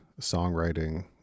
songwriting